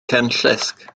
cenllysg